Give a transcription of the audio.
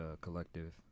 collective